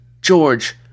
George